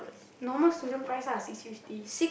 normal student price lah six fifty